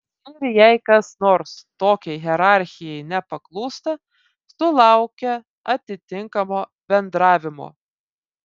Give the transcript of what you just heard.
ir jei kas nors tokiai hierarchijai nepaklūsta sulaukia atitinkamo bendravimo